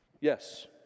Yes